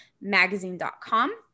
magazine.com